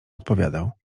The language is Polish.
odpowiedział